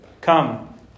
come